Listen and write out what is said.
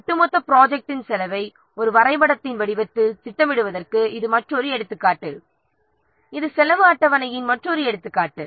ஒட்டுமொத்த ப்ராஜெக்ட்டின் செலவை ஒரு வரைபடத்தின் வடிவத்தில் திட்டமிடுவதற்கு இது மற்றொரு எடுத்துக்காட்டு இது செலவு அட்டவணையின் மற்றொரு எடுத்துக்காட்டு